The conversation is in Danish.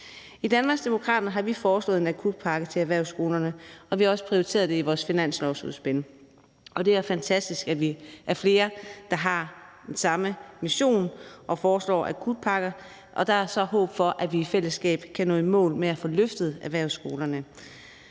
I Danmarksdemokraterne har vi foreslået en akutpakke til erhvervsskolerne, og vi har også prioriteret det i vores finanslovsudspil, og det er fantastisk, at vi er flere, der har den samme mission og foreslår akutpakker. Så er der håb om, at vi i fællesskab kan nå i mål med at få løftet erhvervsskolerne.